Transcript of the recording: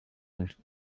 nicht